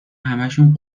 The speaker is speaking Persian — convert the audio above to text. همهشون